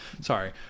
Sorry